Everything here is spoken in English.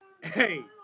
Hey